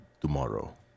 tomorrow